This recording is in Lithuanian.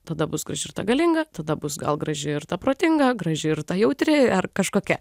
tada bus graži ir ta galinga tada bus gal graži ir ta protinga graži ir ta jautri ar kažkokia